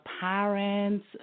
parents